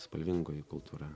spalvingoji kultūra